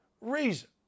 reason